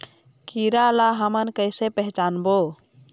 कीरा ला हमन कइसे पहचानबो?